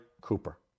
Cooper